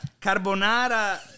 Carbonara